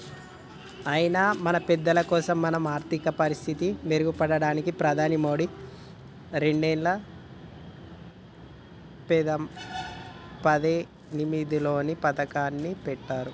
అయినా మన పెద్దలకోసం మన ఆర్థిక పరిస్థితి మెరుగుపడడానికి ప్రధాని మోదీ రెండేల పద్దెనిమిదిలో పథకాన్ని పెట్టారు